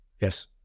Yes